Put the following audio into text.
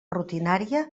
rutinària